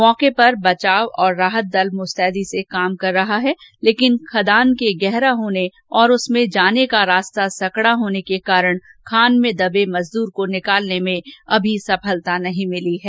मौके पर बचाव और राहत दल मुस्तैदी से काम कर रहा है लेकिन खदान के गहरा होने और उसमें जाने का रास्ता सकड़ा होने के कारण खान में दबे मजदूर को निकालने में अभी सफलता नहीं मिली है